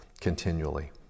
continually